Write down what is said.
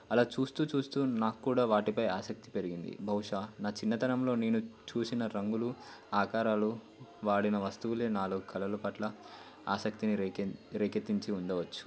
అలా చూస్తూ చూస్తూ నాకు కూడా వాటిపై ఆసక్తి పెరిగింది బహుషా నా చిన్నతనంలో నేను చూసిన రంగులు ఆకారాలు వాడిన వస్తువులే నాాలు కళల పట్ల ఆసక్తిని రేఖ రేకెత్తించి ఉండవచ్చు